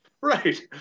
Right